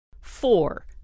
Four